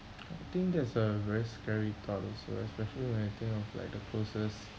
I think that's a very scary thought also especially when you think of like the closest